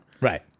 Right